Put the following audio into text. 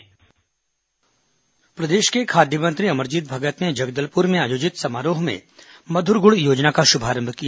मधुर गुड़ योजना प्रदेश के खाद्य मंत्री अमरजीत भगत ने जगदलपुर में आयोजित समारोह में मधुर गुड़ योजना का श्भारंभ किया